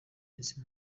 izi